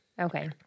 okay